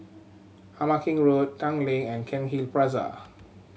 Ama Keng Road Tanglin and Cairnhill Plaza